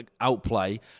outplay